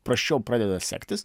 prasčiau pradeda sektis